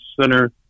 center